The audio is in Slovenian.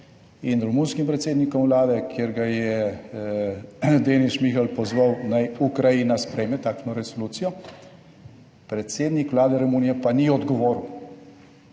in romunskim predsednikom vlade, kjer ga je Denis Šmihal pozval, naj Ukrajina sprejme takšno resolucijo. Predsednik vlade Romunije pa ni odgovoril.